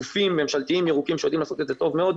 יש גופים ממשלתיים ירוקים שיודעים לעשות את זה טוב מאוד.